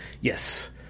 Yes